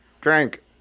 drink